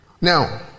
Now